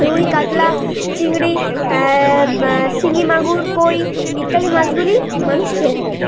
রুই কাতলা চিংড়ি শিঙি মাগুর কই ইত্যাদি মাছগুলি মানুষ খেয়ে থাকে